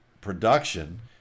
production